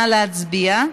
נא להצביע.